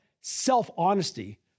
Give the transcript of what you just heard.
self-honesty